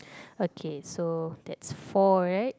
okay so that's four right